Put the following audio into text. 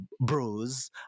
bros